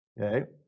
Okay